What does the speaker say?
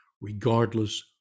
regardless